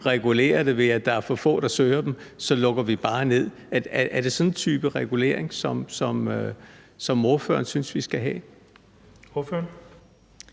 regulerer det, ved at der er for få, der søger dem, så lukker vi dem bare ned? Er det sådan en type regulering, som ordføreren synes vi skal have?